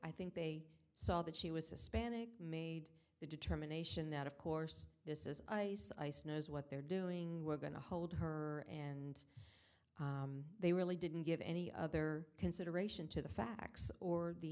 i think they saw that she was a spanish made the determination that of course this is ice ice knows what they're doing we're going to hold her and they really didn't give any other consideration to the facts or the